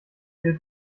viel